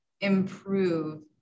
improve